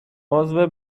عضو